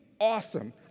awesome